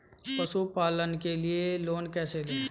पशुपालन के लिए लोन कैसे लें?